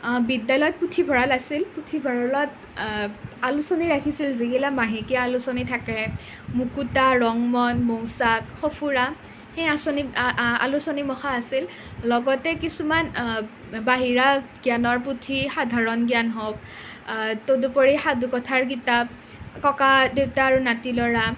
অ বিদ্যালয়ত পুথিভঁৰাল আছিল পুথিভঁৰালত আলোচনী ৰাখিছিল যিগিলা মাহেকীয়া আলোচনী থাকে মুকুতা ৰংমন মৌচাক সঁফুৰা সেই আলোচনীমখা আছিল লগতে কিছুমান বাহিৰা জ্ঞানৰ পুথি সাধাৰণ জ্ঞান হওক তদুপৰি সাধুকথাৰ কিতাপ ককা দেউতা আৰু নাতি ল'ৰা